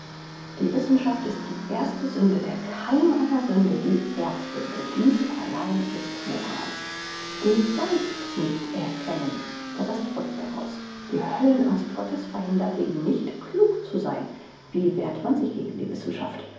die wissenschaft ist die erste sünde der keim aller sünde die erbsünde dies allein ist moral du sollst nicht erkennen der rest folgt daraus die höllenangst gottes verhinderte ihn nicht klug zu sein wie wehrt man sich gegen die wissenschaft